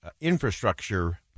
infrastructure